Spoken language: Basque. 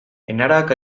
enarak